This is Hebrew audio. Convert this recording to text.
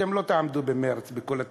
אתם לא תעמדו במרס בכל התיקונים,